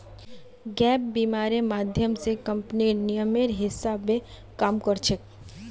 gap बीमा र माध्यम स कम्पनीर नियमेर हिसा ब काम कर छेक